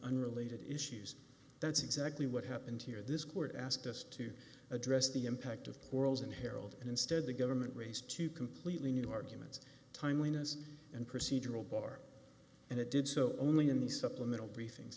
unrelated issues that's exactly what happened here this court asked us to address the impact of worlds and herald and instead the government raised two completely new arguments timeliness and procedural bar and it did so only in the supplemental briefings